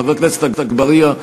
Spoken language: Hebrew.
חבר הכנסת אגבאריה,